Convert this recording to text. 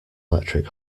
electric